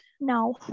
now